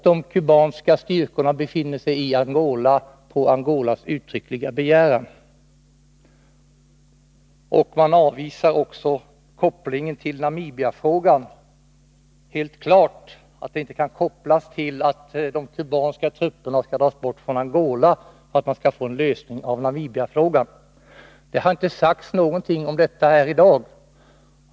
De kubanska styrkorna befinner sig i Angola på Angolas uttryckliga begäran. Konferensen avvisar också kopplingen till Namibiafrågan. Det är helt klart att det inte kan ställas som villkor att de kubanska trupperna skall dras bort från Angola för att man skall få en lösning av Namibiafrågan. Det har inte sagts någonting om detta här i dag.